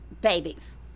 babies